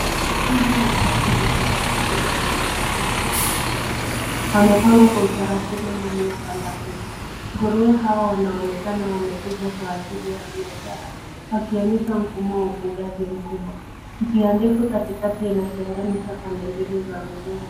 Hizi ni safu ndefu za vizimba vilivyojaa nguruwe wengi. Wamepangwa kwa utaratibu ndani ya banda kubwa. Nguruwe hao wanaonekana wamekuzwa kwa ajili ya biashara. Wakionyesha mfumo wa ufugaji mkubwa. Njia ndefu katikati inatenganisha pande mbili za vizimba.